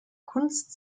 kunst